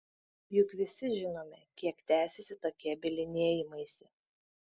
juk visi žinome kiek tęsiasi tokie bylinėjimaisi